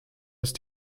ist